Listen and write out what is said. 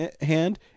hand